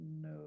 no